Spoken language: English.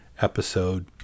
episode